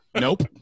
Nope